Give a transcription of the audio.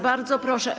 Bardzo proszę.